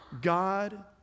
God